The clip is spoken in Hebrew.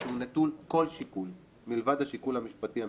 ושהוא נטול כל שיקול מלבד השיקול המשפטי המקצועי,